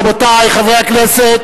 רבותי חברי הכנסת,